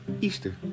Easter